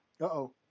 Uh-oh